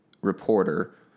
reporter